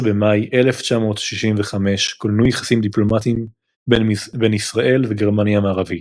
ב-12 במאי 1965 כוננו יחסים דיפלומטיים בין ישראל וגרמניה המערבית.